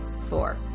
four